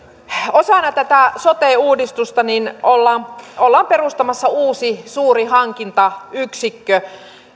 osana tätä sote uudistusta ollaan ollaan perustamassa uusi suuri hankintayksikkö